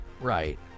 Right